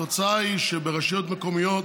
התוצאה היא שברשויות מקומיות